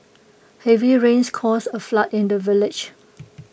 heavy rains caused A flood in the village